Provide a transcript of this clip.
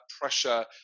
pressure